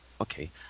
okay